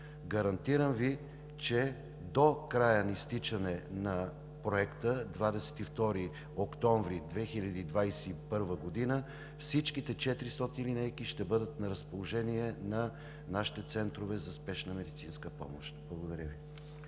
гарантирам Ви, че до края, до изтичането на Проекта – 22 октомври 2021 г., всичките 400 линейки ще бъдат на разположение на нашите центрове за спешна медицинска помощ. Благодаря Ви.